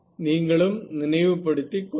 நீங்களும் நினைவுபடுத்திக் கொள்ளுங்கள்